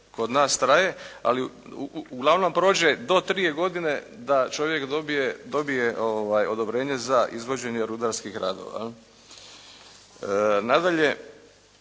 kod nas traje, ali uglavnom prođe do 3 godine da čovjek dobije odobrenje za izvođenje rudarskih radova, jel. Nadalje,